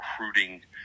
recruiting